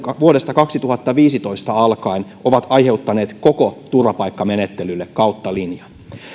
vuodesta kaksituhattaviisitoista alkaen ovat aiheuttaneet koko turvapaikkamenettelylle kautta linjan